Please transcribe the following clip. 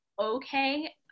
okay